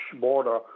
border